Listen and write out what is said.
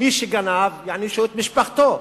מי שגנב, יענישו את משפחתו.